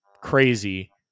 crazy